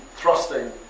thrusting